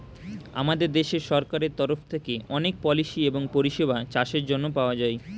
আমাদের দেশের সরকারের তরফ থেকে অনেক পলিসি এবং পরিষেবা চাষের জন্যে পাওয়া যায়